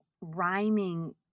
rhyming